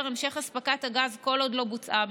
המשך אספקת הגז כל עוד לא בוצעה הבדיקה.